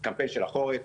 בקמפיין של החורף,